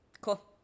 Cool